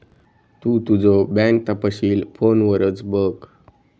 तु तुझो बँक तपशील फोनवरच बघ